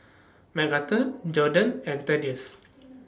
Macarthur Jordon and Thaddeus